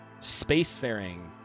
spacefaring